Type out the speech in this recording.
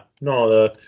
no